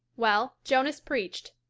well, jonas preached.